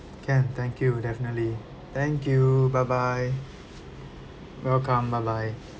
can thank you definitely thank you bye bye welcome bye bye